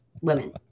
women